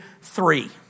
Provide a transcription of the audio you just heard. three